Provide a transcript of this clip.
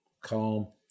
calm